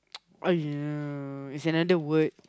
!aiyo! is another word